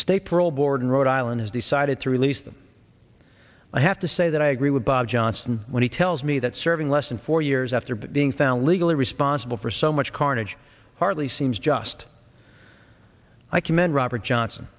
state parole board in rhode island has decided to release them i have to say that i agree with bob johnson when he tells me that serving less than four years after being found legally responsible for so much carnage hardly seems just i commend robert johnson